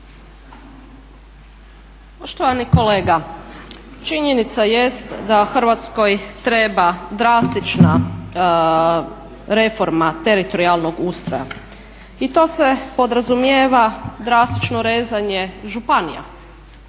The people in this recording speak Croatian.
Poštovani kolega, činjenica jest da Hrvatskoj treba drastična reforma teritorijalnog ustroja i to se podrazumijeva drastično rezanje županija